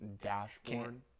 Dashboard